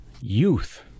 youth